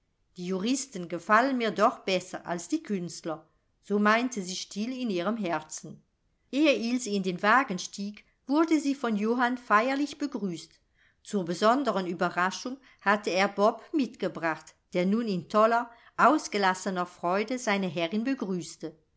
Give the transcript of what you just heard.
die juristen gefallen mir doch besser als die künstler so meinte sie still in ihrem herzen ehe ilse in den wagen stieg wurde sie von johann feierlich begrüßt zur besonderen ueberraschung hatte er bob mitgebracht der nun in toller ausgelassener freude seine herrin begrüßte